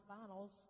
finals